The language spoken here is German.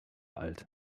alt